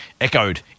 echoed